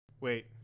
Wait